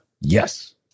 Yes